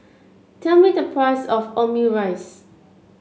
tell me the price of Omurice